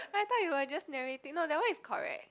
I thought you were just narrating no that one is correct